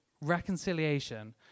reconciliation